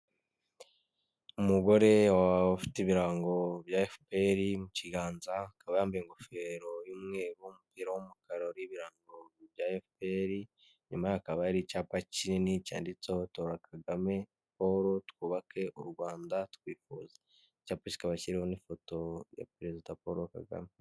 Umugore ufite ibirango bya fuperi mu kiganza akaba yamba ingofero y'umweru umupira w'umukararori bya fuperi inyuma hakaba ari icyapa kinini cyanditseho tora Kagame paul twubake u Rwanda. Bashyiho n'ifoto ya perezida paul Kagame.